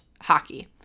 hockey